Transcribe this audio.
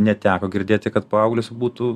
neteko girdėti kad paauglius būtų